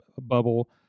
bubble